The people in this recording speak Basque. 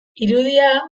irudia